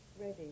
ready